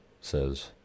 says